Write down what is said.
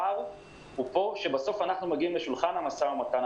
הפער פה שבסוף אנחנו מגיעים לשולחן המשא ומתן,